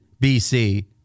BC